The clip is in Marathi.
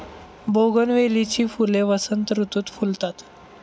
बोगनवेलीची फुले वसंत ऋतुत फुलतात